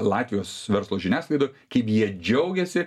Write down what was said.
latvijos verslo žiniasklaidoj kaip jie džiaugiasi